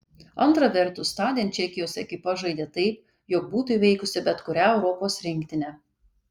antra vertus tądien čekijos ekipa žaidė taip jog būtų įveikusi bet kurią europos rinktinę